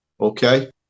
okay